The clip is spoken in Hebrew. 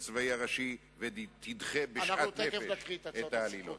הצבאי הראשי ותדחה בשאט נפש את העלילות.